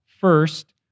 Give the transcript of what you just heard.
first